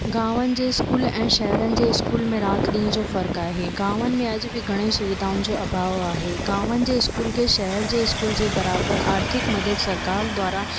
गामनि जे स्कूल ऐं शहरनि जे स्कूल में राति ॾींहं जो फर्क़ु आहे गामनि में अॼ बि घणे ई सुविधाउनि जो अभाव आहे गामनि जे स्कूल खे शहर जे स्कूल जे बराबरि आर्थिक मदद सरकार द्वारा